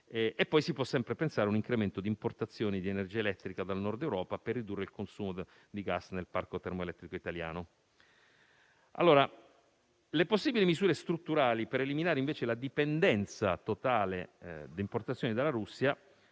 Si può poi sempre pensare a un incremento di importazioni di energia elettrica dal Nord Europa per ridurre il consumo di gas nel parco termoelettrico italiano. Le possibili misure strutturali per eliminare invece la dipendenza totale di importazioni dalla Russia